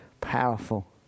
powerful